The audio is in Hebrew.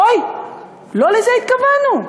אוי, לא לזה התכוונו.